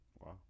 Wow